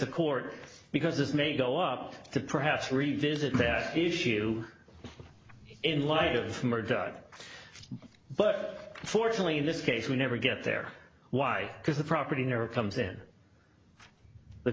the court because this may go up to perhaps revisit this issue in light of murdoch but unfortunately in this case we never get there why because the property never comes in the